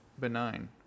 benign